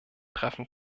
treffen